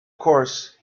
course